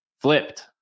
flipped